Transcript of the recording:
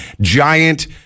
Giant